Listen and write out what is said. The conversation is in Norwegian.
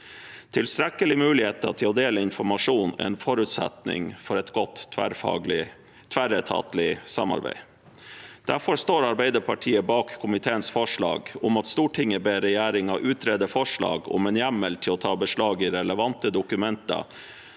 Tilstrekkelig med muligheter til å dele informasjon er en forutsetning for et godt tverretatlig samarbeid. Derfor står Arbeiderpartiet bak komiteens forslag om at «Stortinget ber regjeringen utrede forslag om en hjemmel for å ta beslag i relevante dokumenter